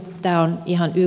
tämä on ihan yk